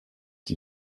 die